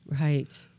Right